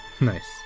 Nice